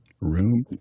Room